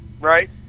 Right